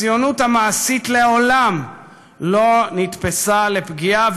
הציונות המעשית לעולם לא נתפסה לפגיעה,